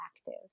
active